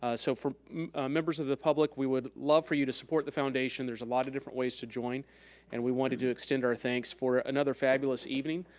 ah so for members of the public, we would love for you to support the foundation. there's a lot of different ways to join and we wanted to extend our thanks for another fabulous evening.